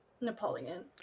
Napoleon